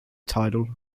tidal